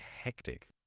hectic